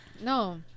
No